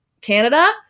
Canada